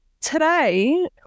today